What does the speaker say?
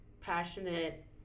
passionate